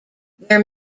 their